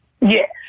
Yes